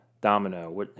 domino